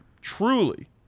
truly